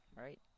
right